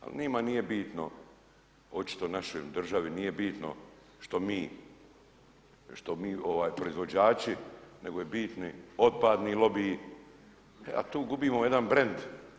Ali njima nije bitno, očito našoj državi nije bitno što mi proizvođači, nego je bitni otpadni lobiji, a tu gubimo jedan brand.